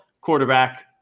quarterback